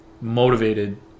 motivated